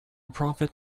profit